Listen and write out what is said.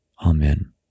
Amen